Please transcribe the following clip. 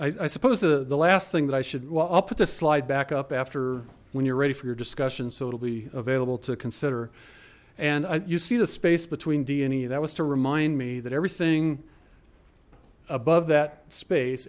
grant i suppose the last thing that i should well i'll put this slide back up after when you're ready for your discussions so it'll be available to consider and you see the space between d and e that was to remind me that everything above that space